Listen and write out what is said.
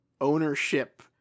ownership